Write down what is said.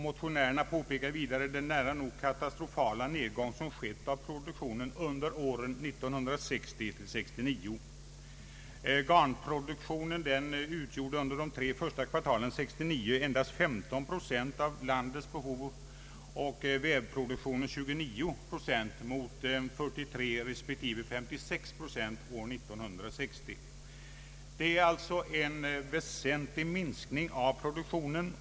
Motionärerna betonar vidare den nära nog katastrofala nedgång som skett av produktionen under åren 1960—1969. Garnproduktionen utgjorde under de tre första kvartalen 1969 endast 15 procent av landets behov och vävproduktionen 29 procent mot 43 respektive 56 procent år 1960. Det är alltså en väsentlig minskning av produktionen.